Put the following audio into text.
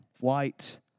white